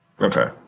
Okay